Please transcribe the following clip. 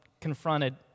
confronted